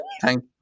Thank